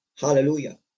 Hallelujah